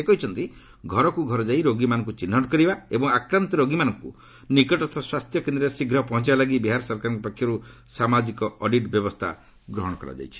ସେ କହିଛନ୍ତି ଘରକୁ ଘର ଯାଇ ରୋଗୀମାନଙ୍କୁ ଚିହ୍ନଟ କରିବା ଏବଂ ଆକ୍ରାନ୍ତ ରୋଗୀମାନଙ୍କୁ ନିକଟସ୍ଥ ସ୍ୱାସ୍ଥ୍ୟ କେନ୍ଦ୍ରରେ ଶୀଘ୍ର ପହଞ୍ଚାଇବା ଲାଗି ବିହାର ସରକାରଙ୍କ ପକ୍ଷରୁ ସାମାଜିକ ଅଡିଟ୍ ବ୍ୟବସ୍ଥା ଗ୍ରହଣ କରାଯାଇଛି